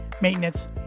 maintenance